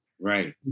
Right